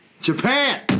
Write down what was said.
Japan